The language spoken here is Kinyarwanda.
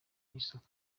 y’isoko